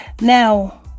Now